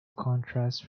contrast